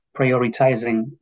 prioritizing